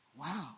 Wow